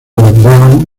brown